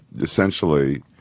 essentially